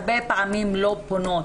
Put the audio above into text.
הרבה פעמים לא פונות.